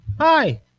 Hi